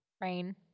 Rain